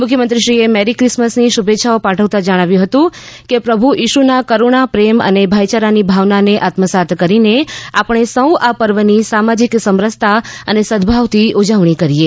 મુખ્યમંત્રીશ્રીએ મેરીકિસમસની શુભેચ્છાઓ પાઠવતા જણાવ્યું છે કે પ્રભુ ઇસુના કરૂણા પ્રેમ અને ભાઇચારાની ભાવનાને આત્મસાત કરીને આપણે સૌ આ પર્વની સૌ સામાજિક સમરસતા અને સદભાવથી ઉજવણી કરીએ